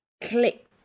Click